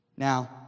Now